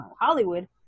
Hollywood